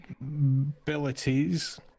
abilities